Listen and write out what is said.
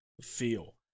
feel